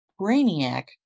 Brainiac